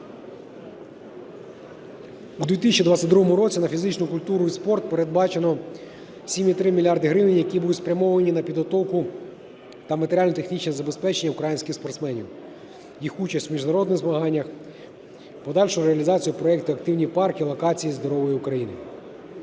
У 2022 році на фізичну культуру і спорт передбачено 7,3 мільярда гривень, які будуть спрямовані на підготовку та матеріально-технічне забезпечення українських спортсменів. Їх участь в міжнародних змаганнях, подальшу реалізацію проекту "Активні парки – локації здорової України".